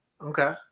Okay